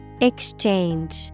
Exchange